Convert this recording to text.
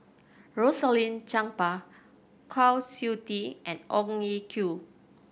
Rosaline Chan Pang Kwa Siew Tee and Ong Ye Kung